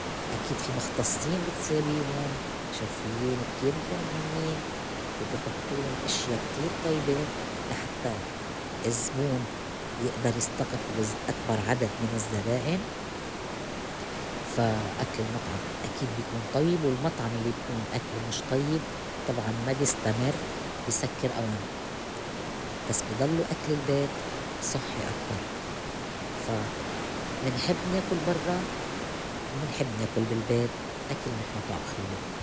أكيد في مختصّين بتساويهُن شافيّن كتير بكونو مهمّين وبحطّولُن إشيا كتير طيبة لحتّى الزبون يئدر يستقطبو ز- أكبر عدد من الزّبائن. فا أكل المطعم أكيد بي كون طيّب والمطعم إللّي بيكون أكلو مش طيّب طبعاً ما بيستمر بي سكّر أوام بس بضلّوا أكل البيت صُحّي أكتر فا منحب ناكل برّا ومنحب ناكل بالبيت أكل نحن طابخينه.